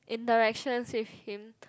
in direction suit him